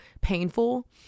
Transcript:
painful